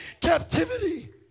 captivity